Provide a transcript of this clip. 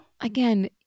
Again